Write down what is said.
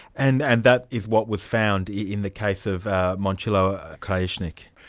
and and that is what was found in the case of momcilo krajisnik?